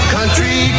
Country